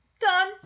Done